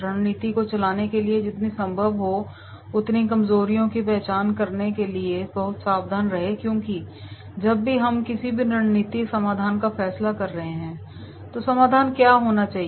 रणनीति को चलाने के लिए जितनी संभव हो उतनी कमजोरियों की पहचान करने के लिए बहुत सावधान रहें क्योंकि जब भी हम किसी भी रणनीति समाधान का फैसला कर रहे हैं तो समाधान क्या होना चाहिए